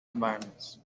environments